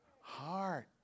heart